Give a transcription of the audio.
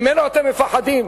ממנו אתם מפחדים.